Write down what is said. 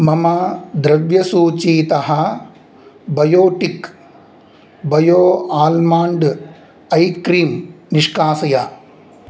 मम द्रव्यसूचीतः Biotique bio almond eye cream निष्कासय